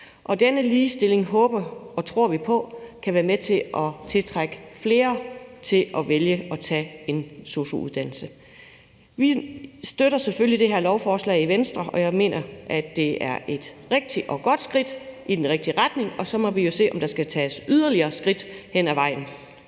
Denne ligestilling håber og tror vi på kan være med til at tiltrække flere til at vælge at tage en sosu-uddannelse. Vi i Venstre støtter selvfølgelig det her lovforslag, og jeg mener, at det er et godt skridt i den rigtige retning, og så må vi jo se, om der skal tages yderligere skridt hen ad vejen.